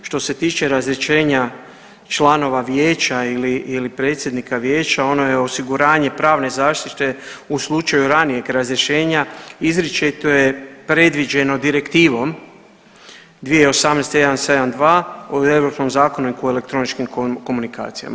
Što se tiče razrješenja članova vijeća ili predsjednika vijeća ono je osiguranje pravne zaštite u slučaju ranijeg razrješenja izričito je predviđeno Direktivom 2018/172 o europskom zakonu o elektroničkim komunikacijama.